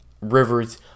rivers